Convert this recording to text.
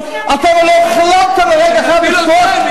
לא לא לא, רבותי.